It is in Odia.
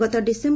ଗତ ଡିସେମ୍